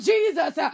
Jesus